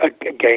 again